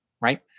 right